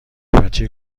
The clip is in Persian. بچه